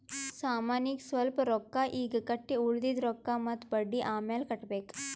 ಸಾಮಾನಿಗ್ ಸ್ವಲ್ಪ್ ರೊಕ್ಕಾ ಈಗ್ ಕಟ್ಟಿ ಉಳ್ದಿದ್ ರೊಕ್ಕಾ ಮತ್ತ ಬಡ್ಡಿ ಅಮ್ಯಾಲ್ ಕಟ್ಟಬೇಕ್